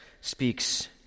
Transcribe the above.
speaks